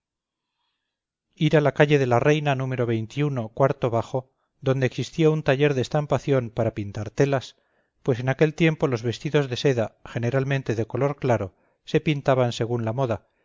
ir a la calle de la reina número cuarto bajo donde existía un taller de estampación para pintar telas pues en aquel tiempo los vestidos de seda generalmente de color claro se pintaban según la moda